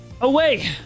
away